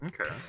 Okay